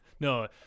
No